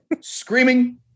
screaming